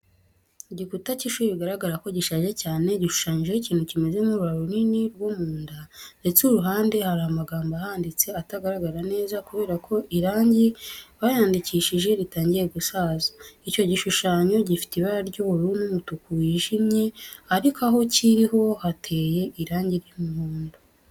Igikuta cy'ishuri bigaragara ko gishaje cyane, gishushanyijeho ikintu kimeze nk'urura runini rwo mu nda ndetse iruhande hari amagambo ahanditse atagaragara neza kubera ko irangi bayandikishije ritangiye gusaza. Icyo gishushanyo gifite ibara ry'ubururu n'umutuku wijimye, ariko aho kiri ho hateye irangi ry'umuhondo.